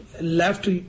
left